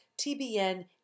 TBN